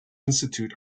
institute